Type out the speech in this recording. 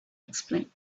explain